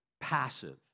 passive